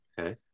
okay